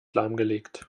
lahmgelegt